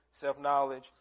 self-knowledge